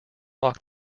locked